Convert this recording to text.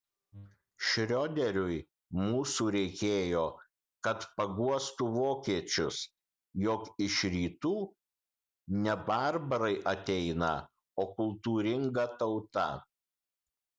šrioderiui mūsų reikėjo kad paguostų vokiečius jog iš rytų ne barbarai ateina o kultūringa tauta